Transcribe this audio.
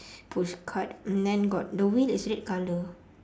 pushcart and then got the wheel is red colour